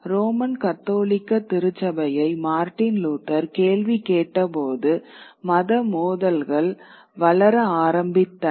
Roman கத்தோலிக்க திருச்சபையை Martin Luther கேள்வி கேட்டபோது மத மோதல்கள் வளர ஆரம்பித்தன